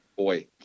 Boy